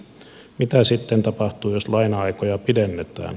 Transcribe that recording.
mitä sitten tapahtuu jos laina aikoja pidennetään